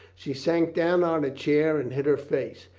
she sank down on a chair and hid her face.